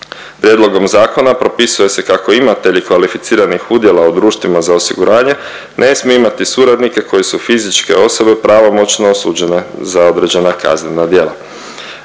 Prijedlogom zakona propisuje se kako imatelji kvalificiranih udjela u društvima za osiguranje, ne smiju imati suradnike koji su fizičke osobe pravomoćno osuđene za određena kaznena djela,